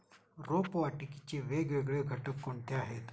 रोपवाटिकेचे वेगवेगळे घटक कोणते आहेत?